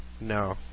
No